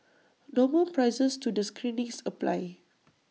normal prices to the screenings apply